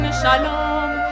shalom